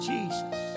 Jesus